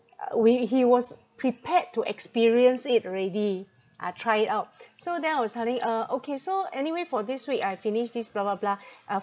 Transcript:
uh we he was prepared to experience it already uh try it out so then I was telling uh okay so anyway for this week I finish this blah blah blah uh